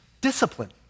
Discipline